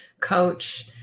coach